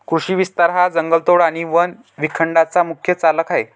कृषी विस्तार हा जंगलतोड आणि वन विखंडनाचा मुख्य चालक आहे